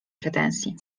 pretensji